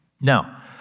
Now